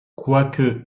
quoique